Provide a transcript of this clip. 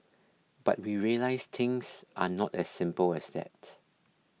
but we realised things are not as simple as that